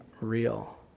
real